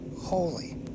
holy